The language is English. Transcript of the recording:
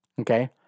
Okay